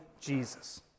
Jesus